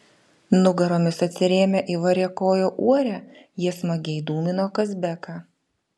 nugaromis atsirėmę į variakojo uorę jie smagiai dūmino kazbeką